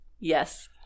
yes